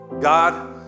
God